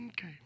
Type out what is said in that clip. Okay